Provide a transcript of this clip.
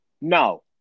no